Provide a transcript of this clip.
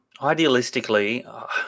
Idealistically